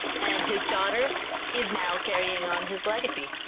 and his daughter is now carrying on his legacy.